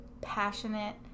passionate